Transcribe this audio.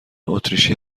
اتریشی